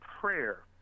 prayer